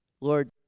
Lord